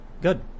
good